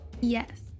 Yes